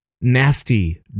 Nasty